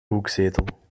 hoekzetel